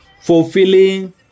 fulfilling